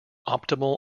optimal